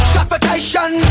Suffocation